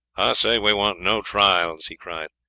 say we want no trials, he cried,